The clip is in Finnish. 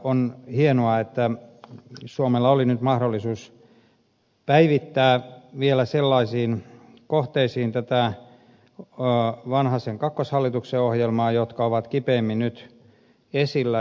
on hienoa että suomella oli nyt vielä mahdollisuus päivittää tätä vanhasen kakkoshallituksen ohjelmaa sellaisiin kohteisiin jotka ovat kipeimmin nyt esillä